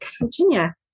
Virginia